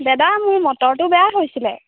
দাদা মোৰ মটৰটো বেয়া হৈছিল